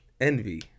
Envy